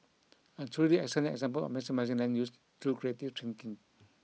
a truly excellent example of maximising land use through creative thinking